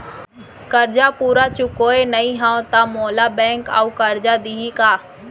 करजा पूरा चुकोय नई हव त मोला बैंक अऊ करजा दिही का?